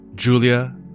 Julia